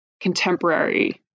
contemporary